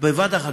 שבבת אחת,